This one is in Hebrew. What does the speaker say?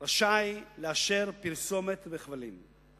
רשאי לאשר פרסומת בכבלים.